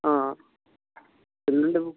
ఆ ఎల్లుండి పొ